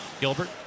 Gilbert